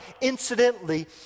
Incidentally